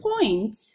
point